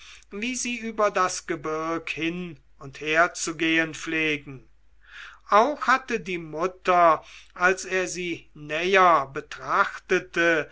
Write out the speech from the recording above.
wie sie über das gebirg hin und her zu gehen pflegen auch hatte die mutter als er sie näher betrachtete